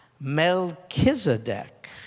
Melchizedek